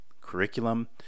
curriculum